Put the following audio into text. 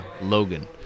Logan